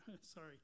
Sorry